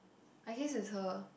I guess is her